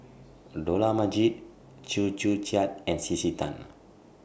Dollah Majid Chew Joo Chiat and C C Tan